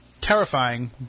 Terrifying